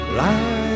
life